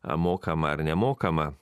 a mokama ar nemokama